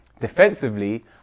Defensively